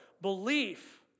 Belief